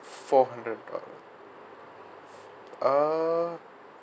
four hundred dollars uh